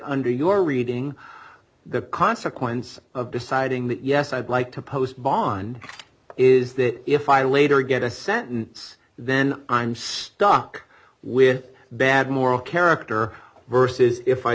under your reading the consequence of deciding that yes i'd like to post bond is that if i later get a sentence then i'm stuck with bad moral character verses if i